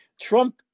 Trump